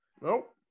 Nope